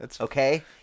okay